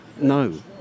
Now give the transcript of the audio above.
no